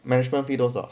management fee 多少